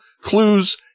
clues